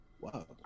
Wow